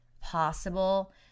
possible